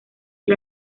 del